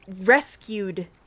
rescued